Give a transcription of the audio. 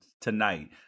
tonight